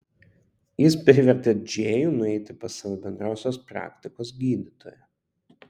jis privertė džėjų nueiti pas savo bendrosios praktikos gydytoją